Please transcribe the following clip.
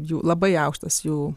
jų labai aukštas jų